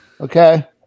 Okay